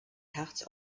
herz